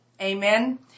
Amen